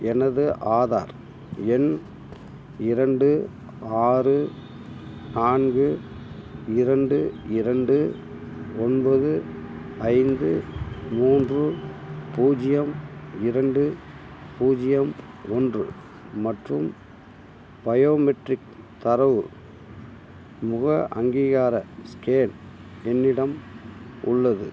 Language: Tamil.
எனது ஆதார் எண் இரண்டு ஆறு நான்கு இரண்டு இரண்டு ஒன்பது ஐந்து மூன்று பூஜ்ஜியம் இரண்டு பூஜ்ஜியம் ஒன்று மற்றும் பயோமெட்ரிக் தரவு முக அங்கீகார ஸ்கேன் என்னிடம் உள்ளது